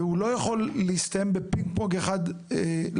והוא לא יכול להסתיים בפינג פונג אחד לשני,